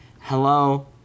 hello